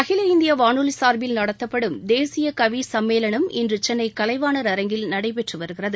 அகில இந்திய வானொலி சாா்பில் நடத்தப்படும் தேசிய கவி சும்மேளனம் இன்று சென்னை கலைவாணர் அரங்கில் நடைபெற்று வருகிறது